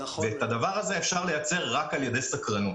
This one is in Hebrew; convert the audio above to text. את זה אפשר לייצר רק על-ידי סקרנות.